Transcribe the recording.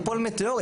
ייפול מטאור,